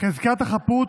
חזקת החפות